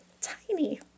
tiny